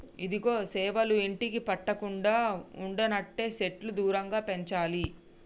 ఇదిగో సేవలు ఇంటికి పట్టకుండా ఉండనంటే సెట్లు దూరంగా పెంచాలి